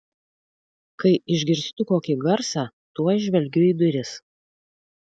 jei išgirstu kokį garsą tuoj žvelgiu į duris